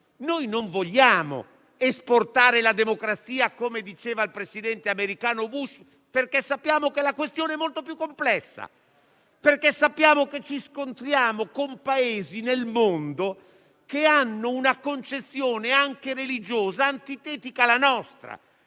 Noi non vogliamo esportare la democrazia, come diceva il presidente americano Bush, perché sappiamo che la questione è molto più complessa, perché sappiamo che ci scontriamo con Paesi nel mondo che hanno una concezione anche religiosa antitetica alla nostra.